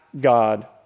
God